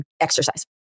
exercise